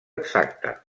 exacte